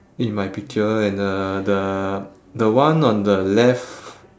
in my picture and the the the one on the left